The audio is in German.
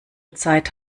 zeit